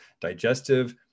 digestive